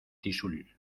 tixul